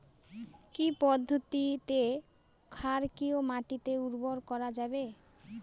কি পদ্ধতিতে ক্ষারকীয় মাটিকে উর্বর করা যাবে?